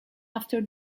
after